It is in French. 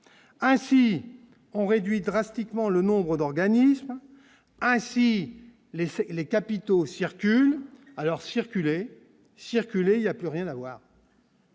ainsi on réduit drastiquement le nombre d'organismes ainsi laissé les capitaux circulent alors circulez, circulez, il y a plus rien à voir.